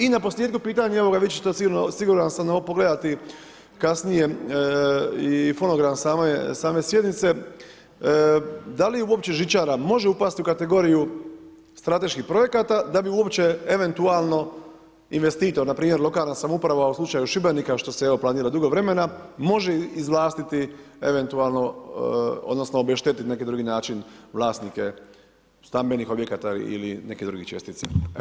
I na posljetku pitanje, evo, vi ćete to siguran sam ovo pogledati kasnije i fonogram same sjednice, da li uopće žičara može upasti u kategoriju strateških projekata, da bi uopće eventualno investitor, npr. lokalna samouprava u slučaju Šibenika, što se evo planira dugo vremena, može izvlačiti eventualno odnosno, obeštetit na neki dr. način vlasnike stambenih objekata ili nekih drugih čestica.